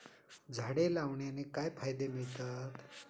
झाडे लावण्याने काय फायदे मिळतात?